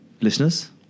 listeners